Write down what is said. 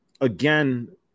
again